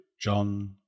John